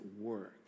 work